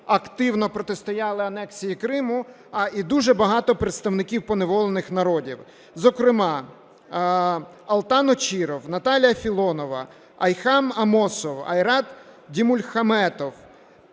активно протистояли анексії Криму, а й дуже багато представників поневолених народів, зокрема: Алтан Очіров, Наталія Філонова, Айхал Аммосов, Айрат Дільмухаметов,